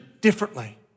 differently